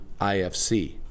IFC